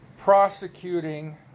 prosecuting